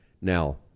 Now